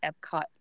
Epcot